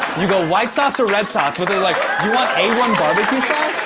you go white sauce or red sauce, but they're like, do you want a one barbecue